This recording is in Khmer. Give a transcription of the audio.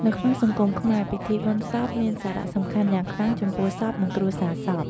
នៅក្នុងសង្គមខ្មែរ ពិធីបុណ្យសពមានសារៈសំខាន់យ៉ាងខ្លាំងចំពោះសព និងគ្រួសារសព។